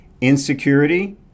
insecurity